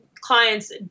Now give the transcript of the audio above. clients